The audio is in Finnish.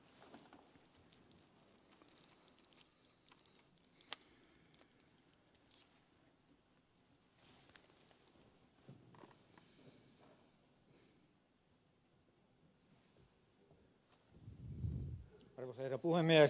arvoisa herra puhemies